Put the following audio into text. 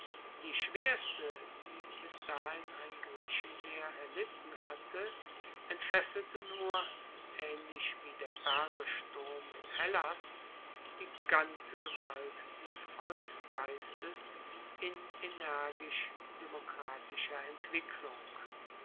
die schwerste die bis dahin ein griechenheer erlitten hatte entfesselte nur aehnlich wie der persersturm in hellas die ganze gewalt des volksgeistes in energisch demokratischer entwicklung